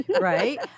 right